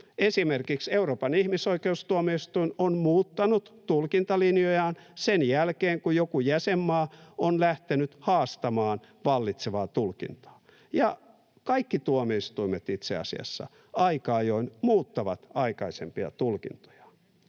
Esimerkiksi Euroopan ihmisoikeustuomioistuin on muuttanut tulkintalinjojaan sen jälkeen, kun joku jäsenmaa on lähtenyt haastamaan vallitsevaa tulkintaa, ja kaikki tuomioistuimet itse asiassa aika ajoin muuttavat aikaisempia tulkintojaan.